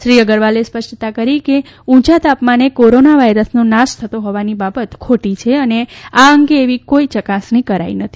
શ્રી અગરવાલે સ્પષ્ટતા કરી કે ઉંચા તાપમાને કોરોના વાયરસનો નાશ થતો હોવાનની બાબત ખોટી છે અને આ અંગે એવી કોઇ ચકાસણી કરાઇ નથી